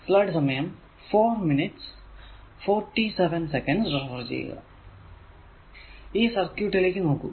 ഈ സർക്യൂട് ലേക്ക് നോക്കൂ